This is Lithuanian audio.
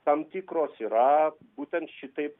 tam tikros yra būtent šitaip